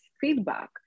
feedback